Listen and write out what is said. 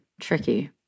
tricky